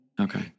Okay